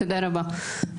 תודה רבה.